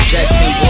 Jackson